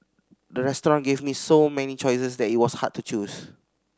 the restaurant gave me so many choices that it was hard to choose